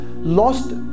Lost